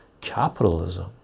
capitalism